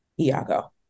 Iago